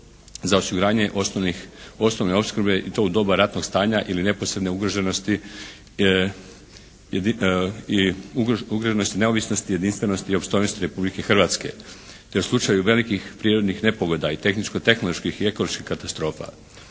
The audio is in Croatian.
za osiguranje osnovne opskrbne i to u doba ratnog stanja ili neposredne ugroženosti i ugroženosti neovisnosti i jedinstvenosti i opstojnosti Republike Hrvatske, te u slučaju velikih prirodnih nepogoda i tehničko-tehnoloških i ekoloških katastrofa.